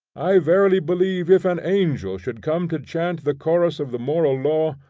i verily believe if an angel should come to chant the chorus of the moral law,